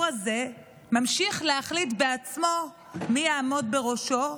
הזה ממשיך להחליט בעצמו מי יעמוד בראשו,